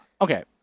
Okay